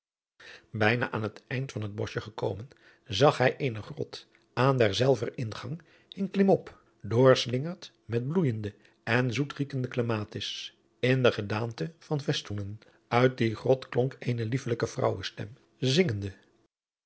bijna aan het eind van het boschje gekomen zag hij eene grot aan derzelver ingang hing klimop doorslingerd met bloeijende en zoetriekende clematis in de gedaante van festoenen uit die grot klonk eene liefelijke vroumestem zingende